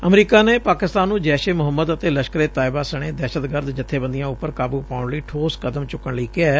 America ਨੇ ਪਾਕਿਸਤਾਨ ਨੂੰ ਜੈਸ਼ ਏ ਮੁਹੰਮਦ ਅਤੇ ਲਸ਼ਕਰ ਏ ਤਾਇਬਾ ਸਣੇ ਦਹਿਸ਼ਤਗਰਦ ਜਥੇਬੰਦੀਆਂ ਉਪਰ ਕਾਬੂ ਪਾਉਣ ਲਈ ਠੋਸ ਕਦਮ ਚੁੱਕਣ ਲਈ ਕਿਹੈ